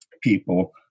people